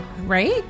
Right